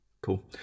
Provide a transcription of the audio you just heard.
cool